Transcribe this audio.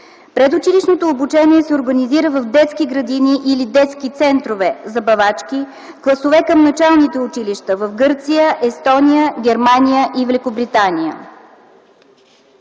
Предучилищното обучение се организира в детски градини или в детски центрове, забавачки, класове към началните училища в Гърция, Естония, Германия и Великобритания.